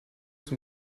zum